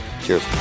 Cheers